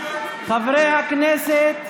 חברי הכנסת,